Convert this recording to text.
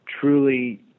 truly